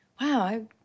Wow